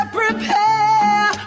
prepare